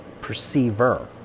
perceiver